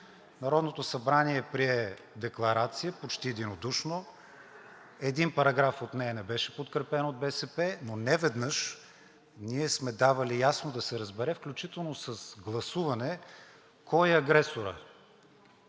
Народното събрание прие Декларация, почти единодушно. Един параграф от нея не беше подкрепен от БСП. Неведнъж ние сме давали ясно да се разбере, включително с гласуване, кой е агресорът.